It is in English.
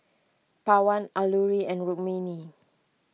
Pawan Alluri and Rukmini